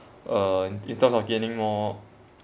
uh in terms of gaining more